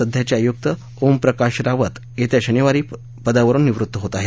सध्याचे आयुक्त ओम प्रकाश रावत येत्या शनिवारी पदावरुन निवृत्त होत आहेत